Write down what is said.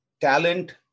talent